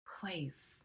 place